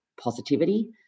positivity